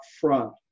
front